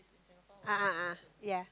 a'ah ah yeah